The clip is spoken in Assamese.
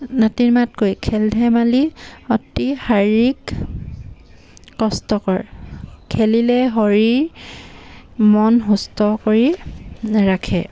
নাতিৰমাতকৈ খেল ধেমালি অতি শাৰীৰিক কষ্টকৰ খেলিলে শৰীৰ মন সুস্থ কৰি ৰাখে